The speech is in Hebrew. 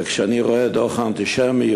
וכשאני רואה את דוח האנטישמיות